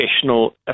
professional